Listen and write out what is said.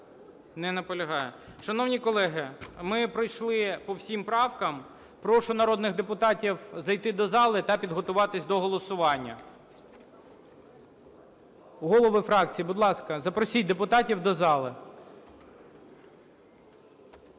Не наполягає. Шановні колеги, ми пройшли по всім правкам. Прошу народних депутатів зайти до зали та підготуватись до голосування. Голови фракцій, будь ласка, запросіть депутатів до зали.